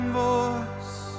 voice